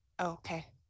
Okay